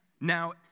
Now